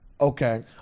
Okay